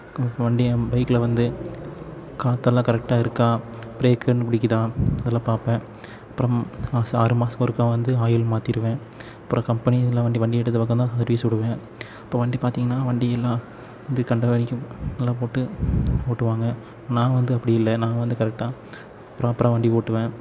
அதுக்கப்பறம் வண்டியை பைக்கில் வந்து காற்றெல்லாம் கரெக்டாக இருக்கா ப்ரேக் வந்து பிடிக்குதா அதெல்லாம் பார்ப்பேன் அப்பறம் மாதம் ஆறு மாதத்துக்கு ஒருக்கா வந்து ஆயில் மாற்றிருவேன் அப்பறம் கம்பெனி இதில் வண்டி வண்டி எடுத்த பக்கந்தான் சர்வீஸ் விடுவேன் அப்போ வண்டி பாத்திங்கனா வண்டி எல்லாம் வந்து கண்டமேனிக்கு எல்லாம் போட்டு ஓட்டுவாங்க நான் வந்து அப்படி இல்லை நான் வந்து கரெக்டாக ப்ராப்பராக வண்டி ஓட்டுவேன்